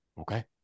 Okay